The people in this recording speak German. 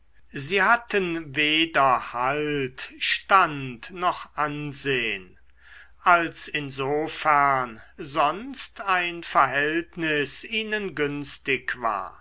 sie hatten weder halt stand noch ansehn als insofern sonst ein verhältnis ihnen günstig war